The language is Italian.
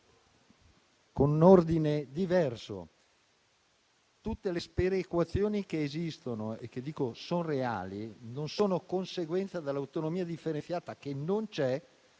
con un ordine diverso. Tutte le sperequazioni che esistono e che dico essere reali non sono conseguenza dell'autonomia differenziata che non c'è: